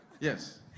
Yes